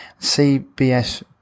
CBS